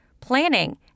planning